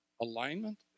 alignment